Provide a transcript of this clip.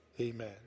amen